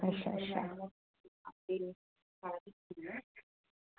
अच्छा अच्छा